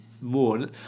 more